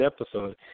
episode